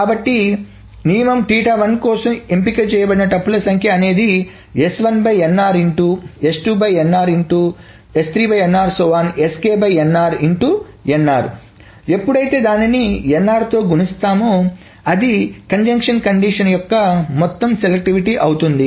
కాబట్టినియమం కోసం ఎంపికచేయబడిన టుపుల్స్ సంఖ్య అనేది ఎప్పుడైతే దానిని nr తో గుణిస్తామౌ అది కంజంక్షన్ కండిషన్ యొక్క మొత్తం సెలెక్టివిటీ అవుతుంది